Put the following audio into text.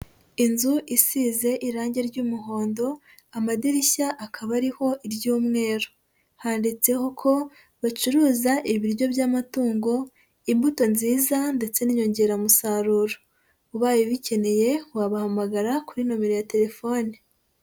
Inzu isize irange ry'umuhondo, amadirishya akaba ariho iry'umweru. Handitseho ko bacuruza ibiryo by'amatungo, imbuto nziza ndetse n'inyongeramusaruro. Ubaye ubikeneye, wabahamagara kuri nomero ya telefone.